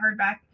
hardback